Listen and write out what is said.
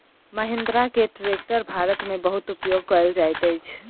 महिंद्रा के ट्रेक्टर भारत में बहुत उपयोग कयल जाइत अछि